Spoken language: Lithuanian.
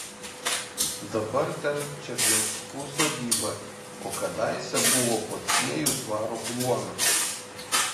dabar ten černiauskų sodyba o kadaise buvo pociejų dvaro kluonas